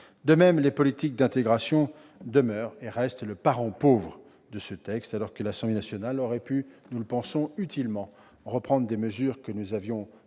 De même, les politiques d'intégration demeurent le parent pauvre de ce texte, alors que l'Assemblée nationale aurait pu utilement reprendre des mesures que nous avions proposées,